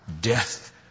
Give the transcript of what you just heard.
death